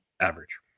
Average